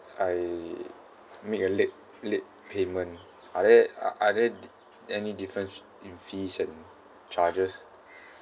I make a late late payment are there are are there di~ any difference in fees and charges